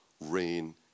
rain